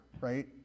right